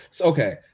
okay